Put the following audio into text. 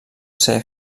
ser